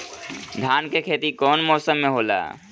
धान के खेती कवन मौसम में होला?